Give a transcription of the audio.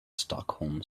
stockholm